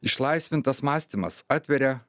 išlaisvintas mąstymas atveria